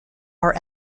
are